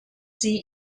sie